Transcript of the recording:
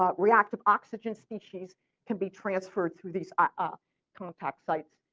ah reactive oxygen species can be transferred through these ah contact sites.